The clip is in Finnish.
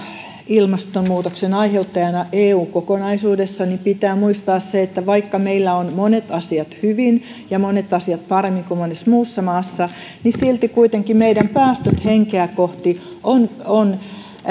ilmastonmuutoksen aiheuttajana eu kokonaisuudessa niin pitää muistaa se että vaikka meillä on monet asiat hyvin ja monet asiat paremmin kuin monessa muussa maassa niin silti kuitenkin meidän päästöt henkeä kohti ovat